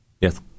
Yes